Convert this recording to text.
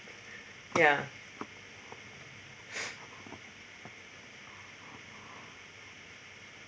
ya